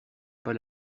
pas